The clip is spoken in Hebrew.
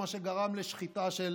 זה מה שגרם לשחיטה של